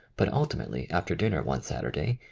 but ultimately, after dinner one saturday,